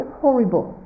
horrible